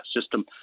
system